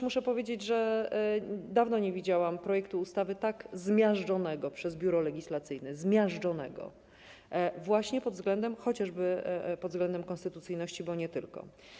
Muszę powiedzieć, że dawno nie widziałam projektu ustawy tak zmiażdżonego przez Biuro Legislacyjne - zmiażdżonego, właśnie pod względem chociażby konstytucyjności, bo nie tylko.